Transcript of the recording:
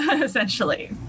essentially